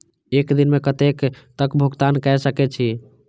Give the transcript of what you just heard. एक दिन में कतेक तक भुगतान कै सके छी